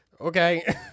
Okay